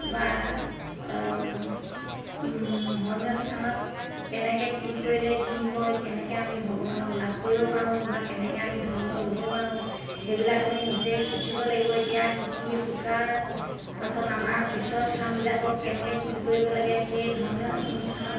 বা ধৰ্মীয় স্থানত কেনেকৈ কি কৰিলে কি হয় কেনেকৈ আমি ভগৱানক লাভ কৰিব পাৰোঁ বা কেনেকৈ আমি ধৰ্ম ল'ব পাৰোঁ সেইবিলাক আমি নিজেই শিকিব লাগিব এতিয়া শিকি শিকাৰ পাছত আমাৰ পিছৰ চামবিলাকক কেনেকৈ কি কৰিব লাগে সেই ধৰ্মীয় অনুষ্ঠানত